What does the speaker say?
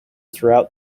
throughout